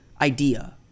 idea